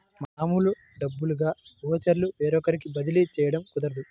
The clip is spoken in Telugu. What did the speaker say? మామూలు డబ్బుల్లాగా ఓచర్లు వేరొకరికి బదిలీ చేయడం కుదరదు